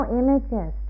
images